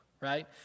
right